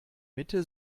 mitte